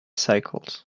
circles